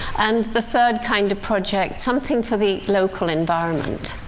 and the third kind of project something for the local environment.